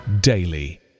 daily